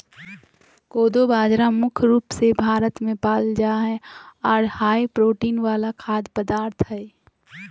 कोदो बाजरा मुख्य रूप से भारत मे पाल जा हय आर हाई प्रोटीन वाला खाद्य पदार्थ हय